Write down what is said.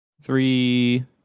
three